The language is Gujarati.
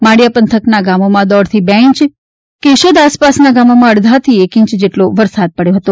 માળિયા પંથકના ગામોમાં દોઢથી બે ઇંચ કેશોદ આસપાસના ગામોમાં અડધાથી એક ઇંચ જેટલો વરસાદ પડ્યો છે